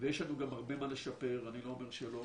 יש לנו גם הרבה מה לשפר, אני לא אומר שלא,